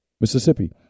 Mississippi